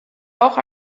auch